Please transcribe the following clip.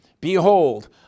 behold